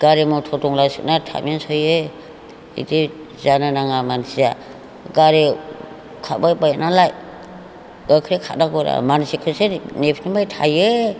गारि मटर दंब्लासोना थाबैनो सहैयो बिदि जानो नाङा मानसिया गारियाव खारबायबाय नालाय गोख्रै खारनांगौब्ला मानसिखौसो नेफिनबाय थायो